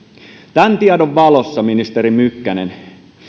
tämän tiedon valossa ministeri mykkänen